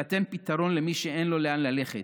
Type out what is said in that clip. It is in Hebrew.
פתרון למי שאין לו לאן ללכת,